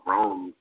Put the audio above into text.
Rome